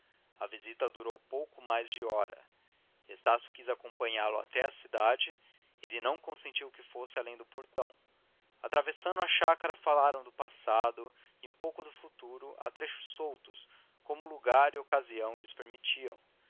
a visita durou pouco mais de hora estácio quis acompanhá-lo até à cidade ele não consentiu que fosse além do portão atravessando a chácara falaram do passado e um pouco do futuro a trechos soltos como o lugar e a ocasião lhes permitiam